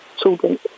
children